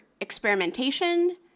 experimentation